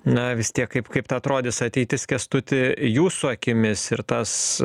na vis tiek kaip kaipo ta atrodys ateitis kęstuti jūsų akimis ir tas